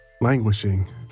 languishing